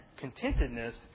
contentedness